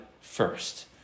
first